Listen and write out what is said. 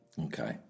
Okay